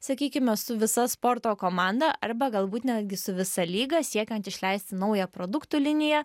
sakykime su visa sporto komanda arba galbūt netgi su visa lyga siekiant išleisti naują produktų liniją